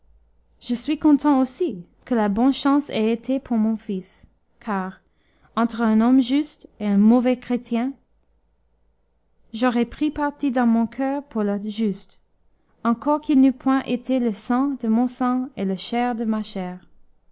je suis content aussi que la bonne chance ait été pour mon fils car entre un homme juste et un mauvais chrétien j'aurais pris parti dans mon coeur pour le juste encore qu'il n'eût point été le sang de mon sang et la chair de ma chair